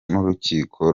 n’urukiko